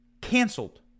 canceled